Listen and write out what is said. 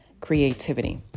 creativity